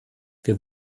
wir